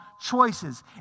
choices